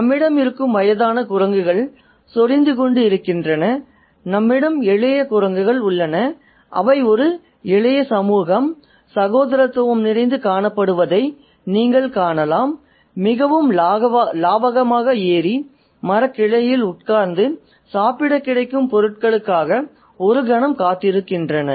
நம்மிடம் இருக்கும் வயதான குரங்குகள் சொறிந்துகொண்டு இருக்கின்றன நம்மிடம் இளைய குரங்குகள் உள்ளன அவை ஒரு இளைய சமூகம் சகோதரத்துவம் நிறைந்து காணப்படுவதை நீங்கள் காணலாம் மிகவும் லாவகமாக ஏறி மரக்கிளைகளில் உட்கார்ந்து சாப்பிடக் கிடைக்கும் பொருட்களுக்காக ஒரு கணம் காத்திருக்கின்றன